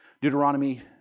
Deuteronomy